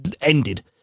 ended